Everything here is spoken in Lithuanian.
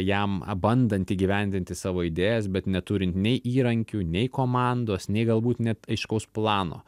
jam bandant įgyvendinti savo idėjas bet neturint nei įrankių nei komandos nei galbūt net aiškaus plano